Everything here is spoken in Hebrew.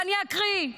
ואני אקריא: